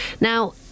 Now